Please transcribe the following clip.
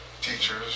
Teachers